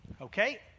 okay